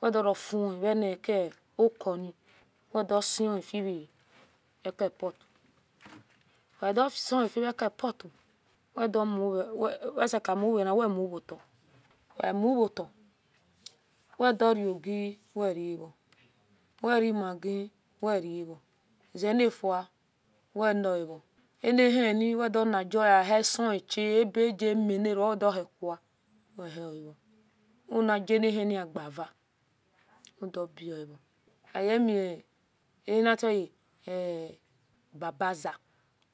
Wedorefin ekinokoni wedosefieke put weai dosinifio vako put we sekemuvera wemuota wemuota we dorogi werave were maggi werave zelefia weloare anhien ligoa heseonie abeminaro weoayo unjnahien a ugeve udobev aemiaminatwe ba, ba, ze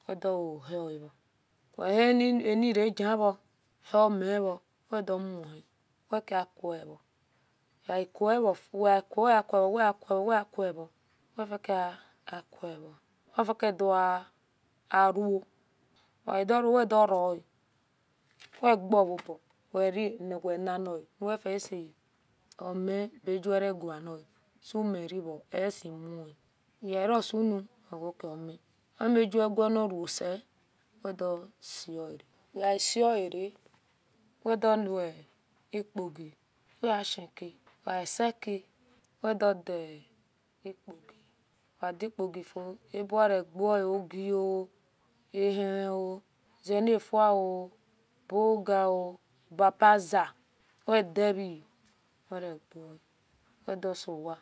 wedugohuao wehumirevejnyo okmeor wedamahi okakuevo weakuhu kuha kuhuo wefikesoakihi ofiagawu oedoruwedora webeobeye ninia wefgaome abuweyigenia sumireo sesimun werasumi wewe ok ohma ojavajniuse uledose weseara wedomekogi abuwenirge ogi o ahieno zenifuo bagao babaze edivenirego wedosowa